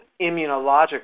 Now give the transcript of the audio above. immunological